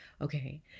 okay